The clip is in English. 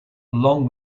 along